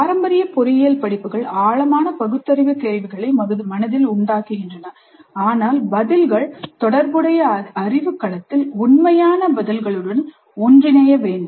பாரம்பரிய பொறியியல் படிப்புகள் ஆழமான பகுத்தறிவு கேள்விகளை மனதில் உண்டாக்குகின்றன ஆனால் பதில்கள் தொடர்புடைய அறிவு களத்தில் 'உண்மையான' பதில்களுடன் ஒன்றிணைய வேண்டும்